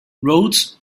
roads